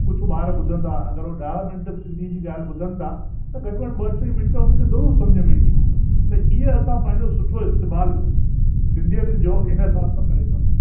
कुझु ॿार ॿुधंदा अगरि हू ॾह मिंट सिंधी जी ॻाल्हि ॿुधनि था त घटि में घटि ॿ टे मिंट त हुननि खे ज़रूरु सम्झि में ईंदी त ईअ असां पंहिंजो सुठो इस्तेमालु सिंधीयत जो इन हिसाब सां करे था सघूं